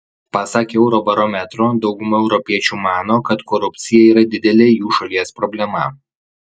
pasak eurobarometro dauguma europiečių mano kad korupcija yra didelė jų šalies problema